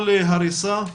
כל הריסה,